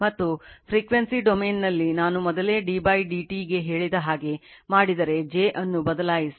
ಮತ್ತು frequency ಡೊಮೇನ್ನಲ್ಲಿ ನಾನು ಮೊದಲೇ d d t ಗೆ ಹೇಳಿದ ಹಾಗೆ ಮಾಡಿದರೆ j ಅನ್ನು ಬದಲಾಯಿಸಿ